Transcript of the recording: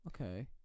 okay